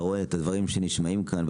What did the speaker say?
אתה רואה את הדברים שנשמעים כאן,